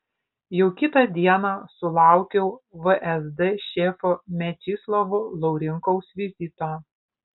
jau kitą dieną sulaukiau vsd šefo mečislovo laurinkaus vizito